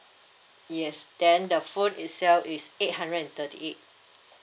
yes then the phone itself is eight hundred and thirty eight